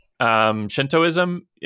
Shintoism